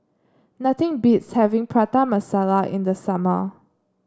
nothing beats having Prata Masala in the summer